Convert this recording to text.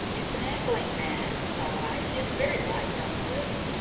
is the man going mad? thought i. he is very like don quixote.